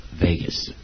Vegas